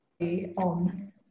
on